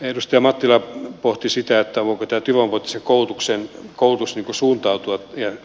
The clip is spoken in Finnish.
edustaja mattila pohti sitä että voi pitää tilavaksi koulutukseen koulutus voiko työvoimapoliittisella koulutuksella